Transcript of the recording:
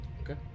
Okay